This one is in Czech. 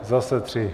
Zase tři.